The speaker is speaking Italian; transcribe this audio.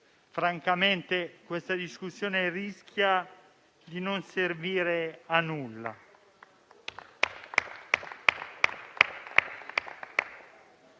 francamente questa discussione rischia di non servire a nulla.